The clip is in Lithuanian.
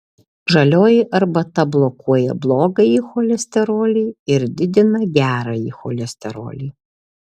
žalioji arbata blokuoja blogąjį cholesterolį ir didina gerąjį cholesterolį